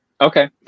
Okay